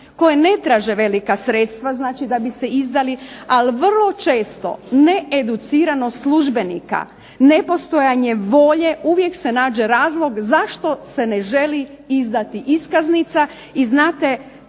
koja ne traže velika sredstva da bi se izdali, ali vrlo često needuciranost službenika nepostojanost volje, uvijek se nađe razlog zašto se ne želi izdati iskaznica. I znate